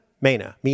Mena